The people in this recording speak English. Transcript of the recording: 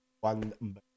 one